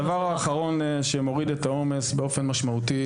החל מכיתה י') הדבר האחרון שמוריד את העומס באופן משמעותי